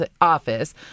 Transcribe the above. Office